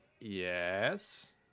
yes